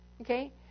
Okay